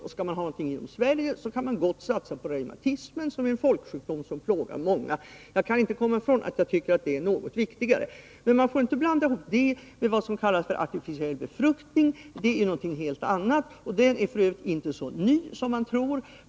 Och skall man satsa på någonting i Sverige, kan man gott satsa på reumatismen, som är en folksjukdom som plågar många. Jag kan inte komma ifrån att jag tycker att det är viktigare. Men man får inte blanda ihop provrörsbarn med vad som kallas för artificiell befruktning. Det är någonting helt annat. Den är f. ö. inte så ny som man tror.